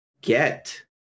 get